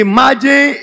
Imagine